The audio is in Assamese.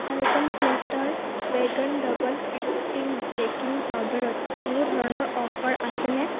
urban Platter vegan double acting baking পাউদাৰত কোনো ধৰণৰ অফাৰ আছেনে